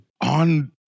On